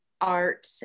art